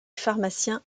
pharmaciens